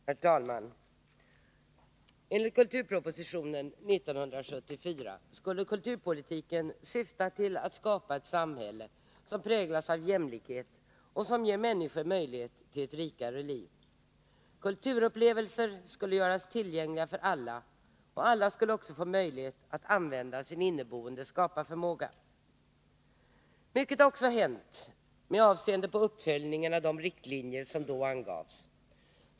Herr talman! Enligt kulturpropositionen 1974 skulle kulturpolitiken syfta till att skapa ett samhälle som präglas av jämlikhet och som ger människor möjlighet till ett rikare liv. Kulturupplevelser skulle göras tillgängliga för alla, och alla skulle också få möjlighet att använda sin inneboende skaparförmåga. Mycket har också hänt med avseende på uppföljningen av de riktlinjer som då angavs.